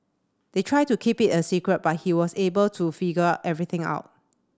they tried to keep it a secret but he was able to figure everything out